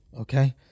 okay